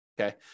okay